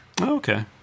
okay